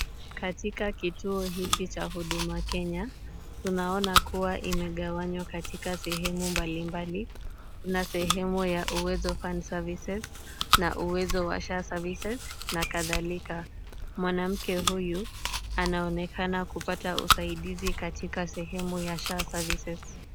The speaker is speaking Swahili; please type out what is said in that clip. Katika kituo hiki cha huduma Kenya, tunaona kuwa imegawanywa katika sehemu mbalimbali, kuna sehemu ya Uwezo fand services , na Uwezo wa SHA services , na kadhalika. Mwanamke huyu anaonekana kupata usaidizi katika sehemu ya SHA services .